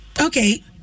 okay